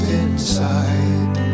inside